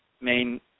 main